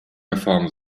reform